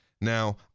Now